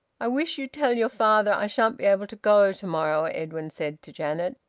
i wish you'd tell your father i shan't be able to go to-morrow, edwin said to janet.